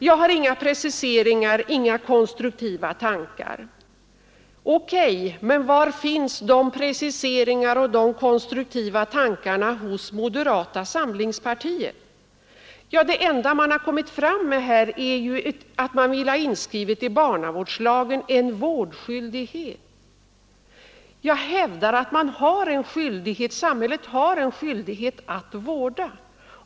Jag har inga preciseringar och inga konstruktiva tankar, säger herr Carlshamre. O K., men var finns då de preciseringarna och de konstruktiva tankarna hos moderata samlingspartiet? Det enda man har kommit fram med här är ju att man vill i barnavårdslagen ha en vårdskyldighet inskriven. Jag hävdar att det föreligger en skyldighet att vårda.